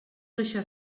deixar